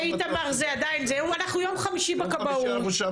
ביום חמישי אנחנו בכבאות,